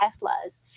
Teslas